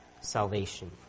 salvation